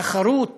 התחרות